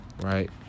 Right